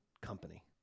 company